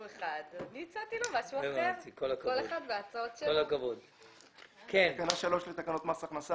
תיקון תקנה 3 1.בתקנה 3 לתקנות מס הכנסה